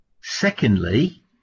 Secondly